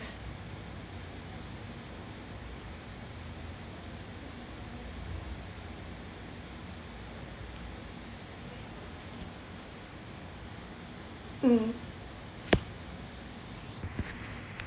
mm